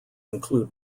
include